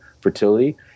fertility